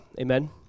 Amen